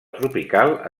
tropical